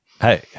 hey